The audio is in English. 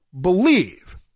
believe